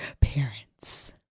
parents